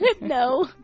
No